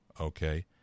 okay